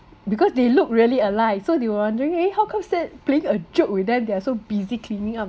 because they look really alike so they were wondering eh how come still playing a joke with them they are so busy cleaning up